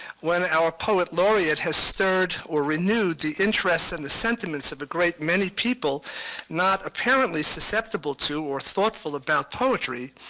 when our poet laureate has stirred or renewed the interests and the sentiments of a great many people not apparently susceptible to or thoughtful about poetry,